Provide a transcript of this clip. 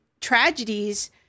tragedies